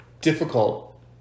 difficult